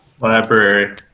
Library